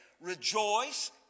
Rejoice